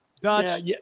Dutch